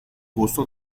gusto